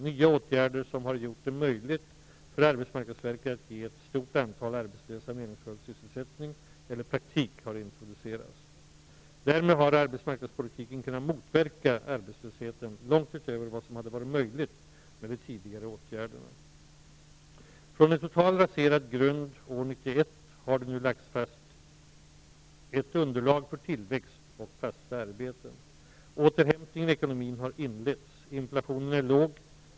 Nya åtgärder, som har gjort det möjligt för Arbetsmarknadsverket att ge ett stort antal arbetslösa meningsfull sysselsättning eller praktik, har introducerats. Därmed har arbetsmarknadspolitiken kunnat motverka arbetslösheten långt utöver vad som hade varit möjligt med de tidigare åtgärderna. Från en totalt raserad grund år 1991 har det nu lagts fast ett underlag för tillväxt och fasta arbeten. Återhämtningen i ekonomin har inletts. Inflationen är låg.